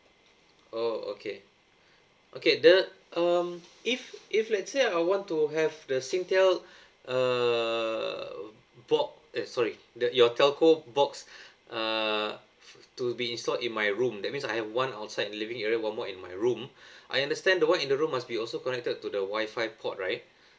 oh okay okay the um if if let's say I want to have the Singtel err bob eh sorry the your telco box uh to be installed in my room that means I have one outside living area one more in my room I understand the one in the room must be also connected to the wifi port right